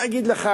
מה אני אגיד לך?